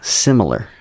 similar